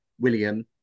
William